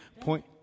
Point